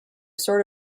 sort